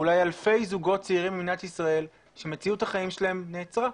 ואולי אלפי זוגות צעירים במדינת ישראל שמציאות החיים שלהם נעצרה?